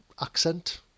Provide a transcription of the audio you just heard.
accent